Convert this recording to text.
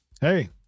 hey